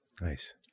Nice